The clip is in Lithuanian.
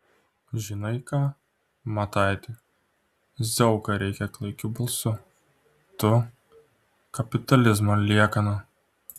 žinai ką mataiti zauka rėkia klaikiu balsu tu kapitalizmo liekana